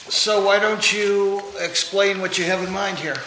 so why don't you explain what you have in mind here